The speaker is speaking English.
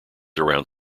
around